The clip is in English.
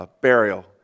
burial